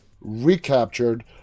recaptured